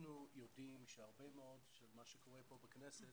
אנחנו יודעים שמה שקורה כאן בכנסת,